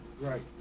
right